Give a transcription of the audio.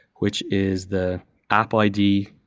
which is the apple id,